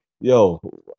Yo